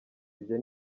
ibyo